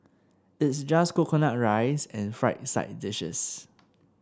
it's just coconut rice and fried side dishes